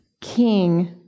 king